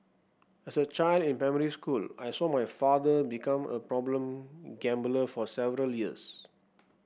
as a child in primary school I saw my father become a problem gambler for several years